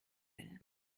will